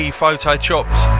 photo-chopped